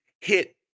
hit